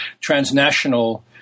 transnational